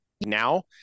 now